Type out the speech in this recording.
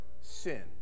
sin